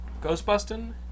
Ghostbusting